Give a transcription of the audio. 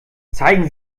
zeigen